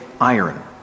iron